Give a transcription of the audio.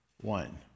one